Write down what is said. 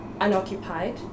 unoccupied